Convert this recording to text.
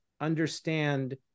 understand